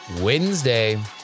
wednesday